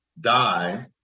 die